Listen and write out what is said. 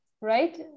right